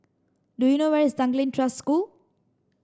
do you know where is Tanglin Trust School